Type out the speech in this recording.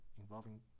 involving